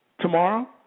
tomorrow